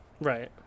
Right